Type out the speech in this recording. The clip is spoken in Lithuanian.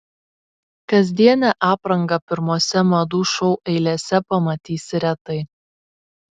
kasdienę aprangą pirmose madų šou eilėse pamatysi retai